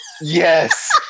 Yes